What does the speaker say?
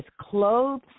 clothes